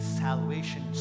salvation